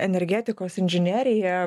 energetikos inžinerija